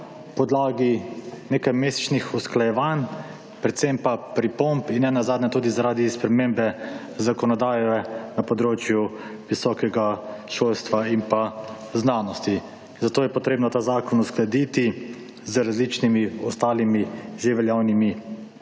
podlagi nekajmesečnih usklajevanj, predvsem pa pripomb in nenazadnje tudi zaradi spremembe zakonodaje na področju visokega šolstva in pa znanosti. Zato je potrebno ta zakon uskladiti z različnimi ostalimi že veljavnimi